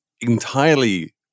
entirely